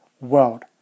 world